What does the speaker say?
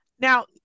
Now